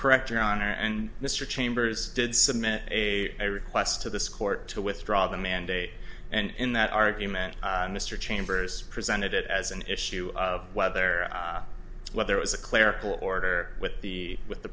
correct your honor and mr chambers did submit a request to this court to withdraw the mandate and in that argument mr chambers presented it as an issue of whether there was a clerical order with the with the